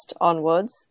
onwards